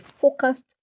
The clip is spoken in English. focused